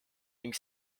ning